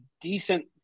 decent